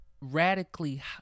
radically